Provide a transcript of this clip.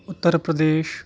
Uttar Pradesh